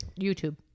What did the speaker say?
YouTube